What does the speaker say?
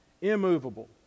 immovable